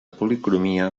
policromia